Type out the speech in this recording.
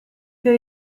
per